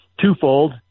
twofold